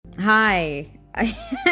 hi